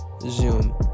zoom